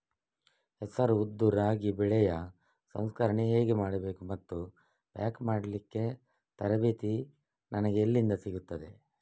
ಹೆಸರು, ಉದ್ದು, ರಾಗಿ ಬೆಳೆಯ ಸಂಸ್ಕರಣೆ ಹೇಗೆ ಮಾಡಬೇಕು ಮತ್ತು ಪ್ಯಾಕ್ ಮಾಡಲಿಕ್ಕೆ ತರಬೇತಿ ನನಗೆ ಎಲ್ಲಿಂದ ಸಿಗುತ್ತದೆ?